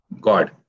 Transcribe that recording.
God